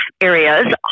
areas